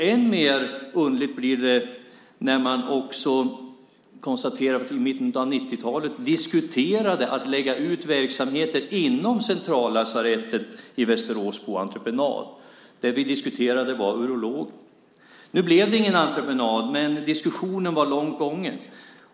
Ännu underligare blir det när man konstaterar att det i mitten av 90-talet fördes diskussioner just om att lägga ut verksamheter inom Centrallasarettet i Västerås på entreprenad. Det vi diskuterade var urologen. Nu blev det ingen entreprenad, men diskussionen var långt gången.